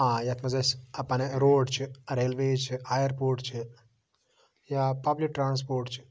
آ یَتھ منٛز اَسہِ پَنٕنۍ روڈ چھِ ریلویز چھِ اَیَرپوٹ چھِ یا پَبلِک ٹرٛانسپوٹ چھِ